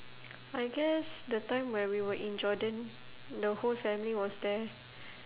I guess the time where we were in jordan the whole family was there